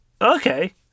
Okay